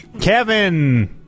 Kevin